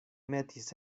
metis